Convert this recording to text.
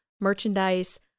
merchandise